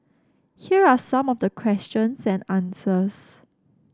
here are some of the questions and answers